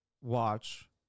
watch